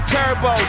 Turbo